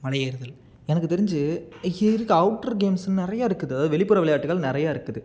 மலை ஏறுதல் எனக்கு தெரிஞ்சு அவுட்ரு கேம்ஸுன்னு நிறையா இருக்குது அதாவது வெளிப்புற விளையாட்டுகள் நிறையா இருக்குது